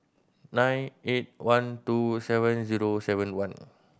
nine eight one two seven zero seven one